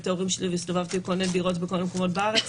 ההורים שלי והסתובבתי בכל מיני דירות בכל מיני מקומות בארץ,